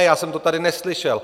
Já jsem to tady neslyšel.